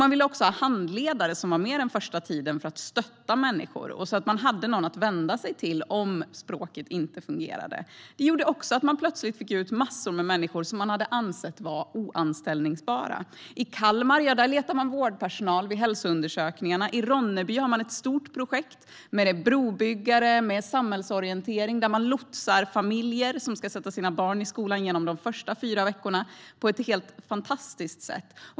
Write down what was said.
Man ville också ha handledare som var med den första tiden för att stötta människor så att man hade någon att vända sig till om språket inte fungerade. Det gjorde att man plötsligt fick ut massor med människor som man hade ansett var oanställbara. I Kalmar letar man vårdpersonal vid hälsoundersökningarna. I Ronneby har man ett stort projekt med brobyggare och med samhällsorientering där man lotsar familjer som ska sätta sina barn i skolan genom de första fyra veckorna på ett helt fantastiskt sätt.